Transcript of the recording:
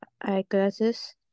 eyeglasses